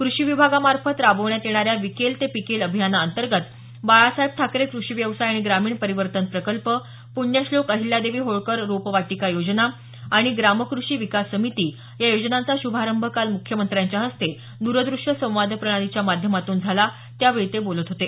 कृषी विभागामार्फत राबवण्यात येणाऱ्या विकेल ते पिकेल अभियानाअंतर्गत बाळासाहेब ठाकरे कृषी व्यवसाय आणि ग्रामीण परिवर्तन प्रकल्प पुण्यश्लोक अहिल्यादेवी होळकर रोपवाटिका योजना ग्रामकृषी विकास समिती या योजनांचा श्भारंभ काल मुख्यमंत्र्यांच्या हस्ते दरद्रश्य संवाद प्रणालीच्या माध्यमातून झाला त्यावेळी ते बोलत होते